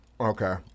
Okay